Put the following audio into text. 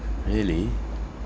really